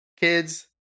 kids